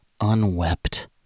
unwept